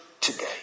today